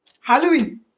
Halloween